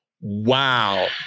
wow